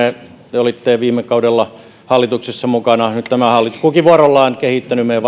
te olitte viime kaudella hallituksessa mukana nyt tämä hallitus on kehittänyt meidän